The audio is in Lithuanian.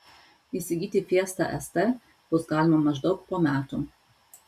įsigyti fiesta st bus galima maždaug po metų